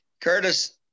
Curtis